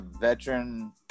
veteran –